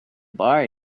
bar